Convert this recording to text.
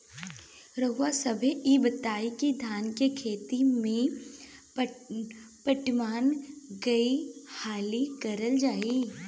रउवा सभे इ बताईं की धान के खेती में पटवान कई हाली करल जाई?